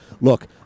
Look